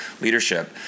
leadership